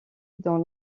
dont